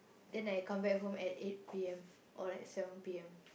then I come back home at eight P_M or like seven P_M